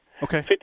Okay